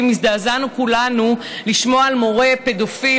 הזדעזענו כולנו לשמוע על מורה פדופיל,